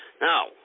Now